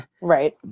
Right